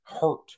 hurt